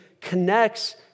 connects